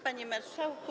Panie Marszałku!